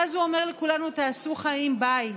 ואז הוא אומר לכולנו: תעשו חיים, ביי.